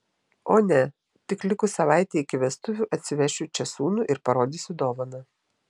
o ne tik likus savaitei iki vestuvių atsivešiu čia sūnų ir parodysiu dovaną